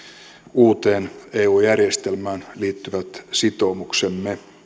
uuteen eu järjestelmään liittyvät sitoumuksemme